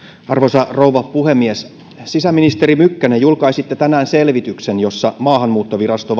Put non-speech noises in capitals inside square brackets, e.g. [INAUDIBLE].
arvoisa rouva puhemies sisäministeri mykkänen julkaisitte tänään selvityksen jossa maahanmuuttovirasto [UNINTELLIGIBLE]